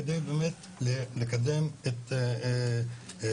כדי באמת לקדם את היישובים,